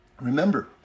Remember